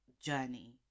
journey